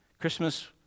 Christmas